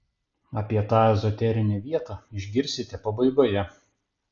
apie tą ezoterinę vietą išgirsite pabaigoje